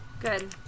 Good